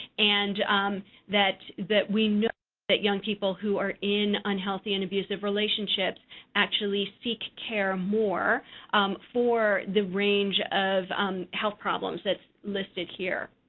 and that that we know that young people who are in unhealthy and abusive relationships actually seek care more for the range of health problems that's listed here.